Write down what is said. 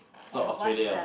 South Australia